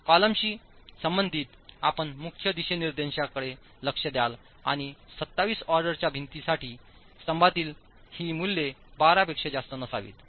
कॉलमशी संबंधित आपण मुख्य दिशानिर्देशांकडे लक्ष द्याल आणि 27 ऑर्डरच्या भिंतीसाठी स्तंभातील ही मूल्ये 12 पेक्षा जास्त नसावीत